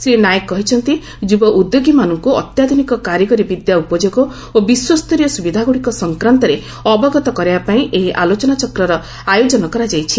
ଶ୍ରୀ ନାଏକ କହିଛନ୍ତି ଯୁବ ଉଦ୍ୟୋଗୀମାନଙ୍କୁ ଅତ୍ୟାଧୁନିକ କାରିଗରି ବିଦ୍ୟା ଉପଯୋଗ ଓ ବିଶ୍ୱସ୍ତରୀୟ ସୁବିଧାଗୁଡ଼ିକ ସଂକ୍ରାନ୍ତରେ ଅବଗତ କରାଇବାପାଇଁ ଏହି ଆଲୋଚନାଚ୍ରକର ଆୟୋଜନ କରାଯାଇଛି